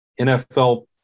NFL